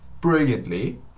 brilliantly